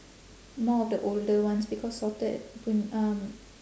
more of the older ones because sorted pun~ um